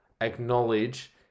acknowledge